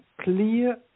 clear